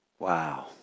Wow